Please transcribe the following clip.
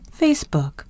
Facebook